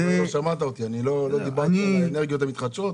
עוד לא שמעת אותי, לא דיברתי על אנרגיות מתחדשות.